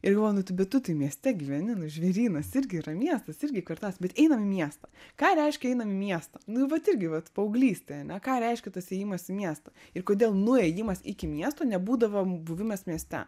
ir galvoju nu bet tu tai mieste gyveni nu žvėrynas irgi yra miestas irgi kvartalas bet einam į miestą ką reiškia einam į miestą nu vat irgi vat paauglystė ane ką reiškia tas ėjimas į miestą ir kodėl nuėjimas iki miesto nebūdavo buvimas mieste